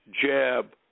jab